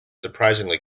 surprisingly